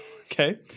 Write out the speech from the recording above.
Okay